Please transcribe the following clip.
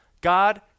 God